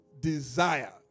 desire